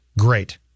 great